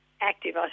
active